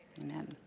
Amen